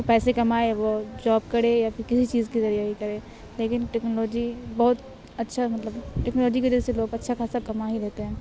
پیسے کمائے وہ جاب کرے یا پھر کسی چیز کے ذریعہ ہی کرے لیکن ٹیکنالوجی بہت اچھا مطلب ٹیکنالوجی کے وجہ سے لوگ اچھا خاصا کما ہی لیتے ہیں